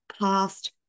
past